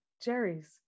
Jerry's